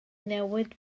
newid